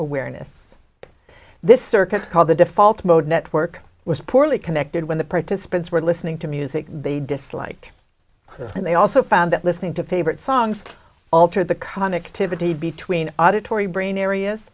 awareness this circuit called the default mode network was poorly connected when the participants were listening to music they dislike and they also found that listening to favorite songs altered the conic to vittie between auditory brain areas